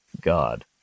God